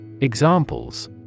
Examples